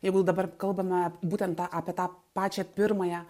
jeigu dabar kalbame būtent tą apie tą pačią pirmąją